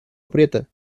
aprieta